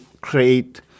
create